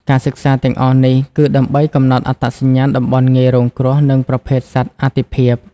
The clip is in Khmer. ការសិក្សាទាំងអស់នេះ គឺដើម្បីកំណត់អត្តសញ្ញាណតំបន់ងាយរងគ្រោះ និងប្រភេទសត្វអាទិភាព។